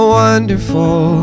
wonderful